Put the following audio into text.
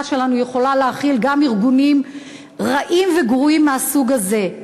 שלנו יכולה להכיל גם ארגונים רעים וגרועים מהסוג הזה.